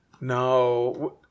No